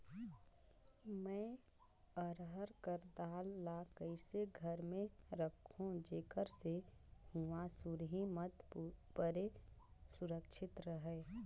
मैं अरहर कर दाल ला कइसे घर मे रखों जेकर से हुंआ सुरही मत परे सुरक्षित रहे?